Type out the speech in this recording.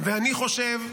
ואני חושב,